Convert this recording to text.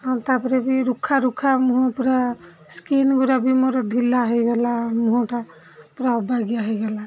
ଆଉ ତା'ପରେ ବି ରୁଖା ରୁଖା ମୁହଁ ପୁରା ସ୍କିନ୍ ଗୁଡ଼ା ବି ମୋର ଢିଲା ହେଇଗଲା ମୁହଁଟା ପୁରା ଅବାଗିଆ ହୋଇଗଲା